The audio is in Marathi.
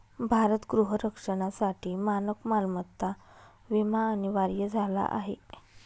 भारत गृह रक्षणासाठी मानक मालमत्ता विमा अनिवार्य झाला आहे